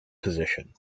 position